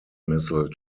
missile